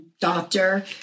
doctor